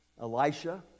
Elisha